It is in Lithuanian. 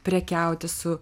prekiauti su